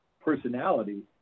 personality